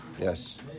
Yes